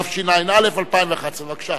התשע"א 2011. בבקשה,